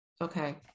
Okay